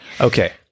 Okay